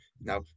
now